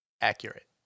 Accurate